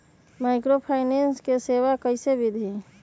Microfinance के सेवा कइसे विधि?